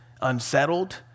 unsettled